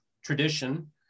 tradition